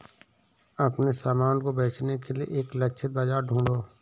अपने सामान को बेचने के लिए एक लक्षित बाजार ढूंढो